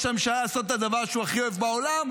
הממשלה לעשות את הדבר שהוא הכי אוהב בעולם,